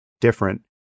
different